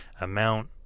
amount